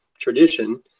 tradition